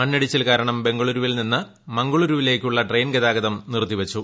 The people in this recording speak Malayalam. മണ്ണിടിച്ചിൽ കാരണം ബംഗളുരുവിൽ നിന്ന് മംഗളുരുവിലേക്കുള്ള ട്രെയിൻ ഗതാഗതം നിറുത്തി വച്ചു